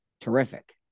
terrific